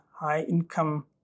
high-income